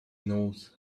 knows